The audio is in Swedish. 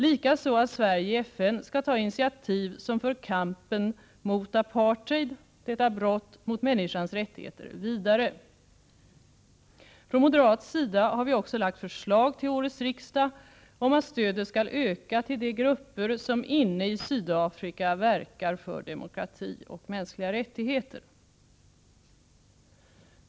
Likaså råder enighet om att Sverige i FN skall ta initiativ som för kampen mot apartheid, detta brott mot människans rättigheter, vidare. Från moderat sida har vi också lagt fram förslag till årets riksdag om att stödet skall öka till de grupper som inne i Sydafrika verkar för demokrati och mänskliga rättigheter.